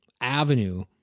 avenue